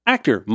Actor